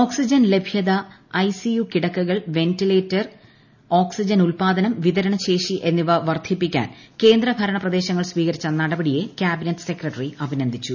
oxygen ലഭൃത ICU കിടക്കകൾ ventilator oxygen ഉൽപാദനം വിതരണ ശേഷി എന്നിവ വർദ്ധിപ്പിക്കാൻ കേന്ദ്രഭരണ പ്രദേശങ്ങൾ സ്വീകരിച്ച നടപടിയെ ക്യാബിനറ്റ് സെക്രട്ടറി അഭിനന്ദിച്ചു